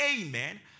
Amen